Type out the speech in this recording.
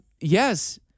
yes